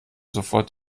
sofort